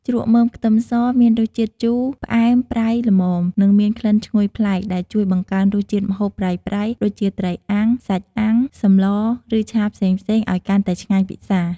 ជ្រក់មើមខ្ទឹមសមានរសជាតិជូរ ផ្អែម ប្រៃ ល្មម និងមានក្លិនឈ្ងុយប្លែក ដែលជួយបង្កើនរសជាតិម្ហូបប្រៃៗ ដូចជាត្រីអាំង សាច់អាំង សម្លរ ឬឆាផ្សេងៗ ឱ្យកាន់តែឆ្ងាញ់ពិសា។